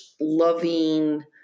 loving